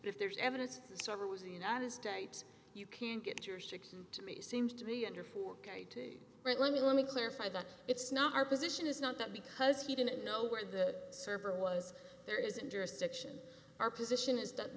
if there's evidence so ever was the united states you can get your six and to me seems to be under for right let me let me clarify that it's not our position is not that because he didn't know where the server was there isn't jurisdiction our position is that